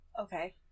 Okay